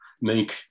make